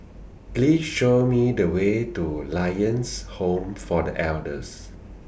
Please Show Me The Way to Lions Home For The Elders